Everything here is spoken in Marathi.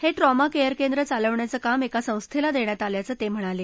हे ट्रॉमा केअर केंद्र चालवण्याचं काम एका संस्थेला देण्यात आल्याचं ते म्हणाले